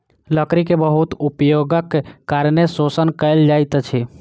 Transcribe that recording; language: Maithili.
लकड़ी के बहुत उपयोगक कारणें शोषण कयल जाइत अछि